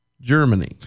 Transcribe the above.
Germany